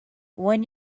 when